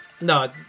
No